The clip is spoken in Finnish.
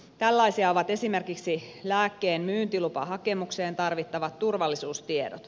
tällaisia ovat esimerkiksi lääkkeen myyntilupahakemukseen tarvittavat turvallisuustiedot